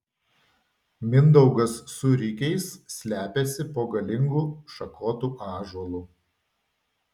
mindaugas su rikiais slepiasi po galingu šakotu ąžuolu